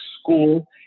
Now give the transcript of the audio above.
school